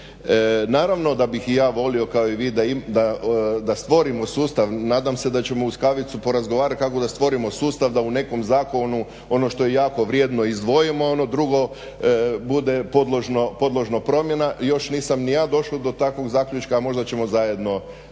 Naravno da bih i ja volio kao i vi da stvorimo sustav, nadam se da ćemo uz kavicu porazgovarat kako da stvorimo sustav da u nekom zakonu ono što je jako vrijedno izdvojimo, ono drugo bude podložno promjenama. Još nisam ni ja došao do takvog zaključka, a možda ćemo zajedno lakše.